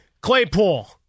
Claypool